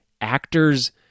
actors